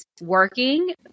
working